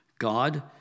God